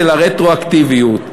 של הרטרואקטיביות,